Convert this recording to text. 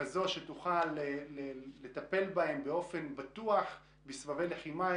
כזאת שתוכל לטפל בהם בצורה בטוחה בסבבי לחימה,